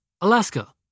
Alaska